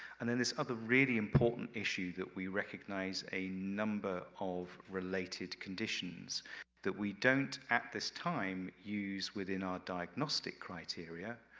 and then this other really important issue that we recognize a number of related conditions that we don't, at this time, use within our diagnostic criteria,